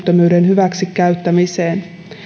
hyväksi käyttämiseen